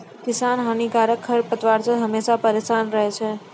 किसान हानिकारक खरपतवार से हमेशा परेसान रहै छै